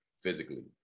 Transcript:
physically